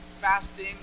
fasting